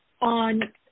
on